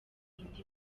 indi